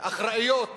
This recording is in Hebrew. אחראיות